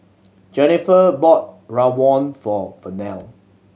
Jenniffer bought rawon for Vernell